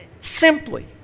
Simply